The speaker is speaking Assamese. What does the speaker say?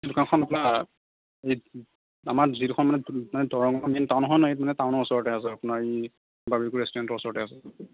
দোকানখন আমাৰ যিডখৰমানে টাউনৰ ওচৰতে আছে আপোনাৰ এই বাৰ্বিকিউ ৰেষ্টুৰেণ্টৰ ওচৰতে আছে